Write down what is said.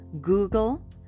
Google